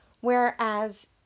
Whereas